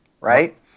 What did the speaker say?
Right